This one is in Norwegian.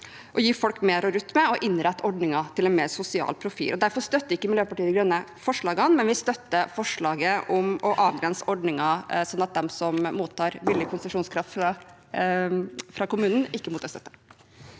å gi folk mer å rutte med og til å innrette ordningen til en mer sosial profil. Derfor støtter ikke Miljøpartiet De Grønne forslagene, men vi støtter forslaget om å avgrense ordningen sånn at de som mottar billig konsesjonskraft fra kommunen, ikke mottar støtte.